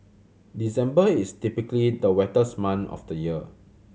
December is typically the wettest month of the year